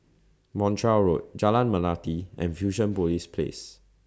Montreal Road Jalan Melati and Fusionopolis Place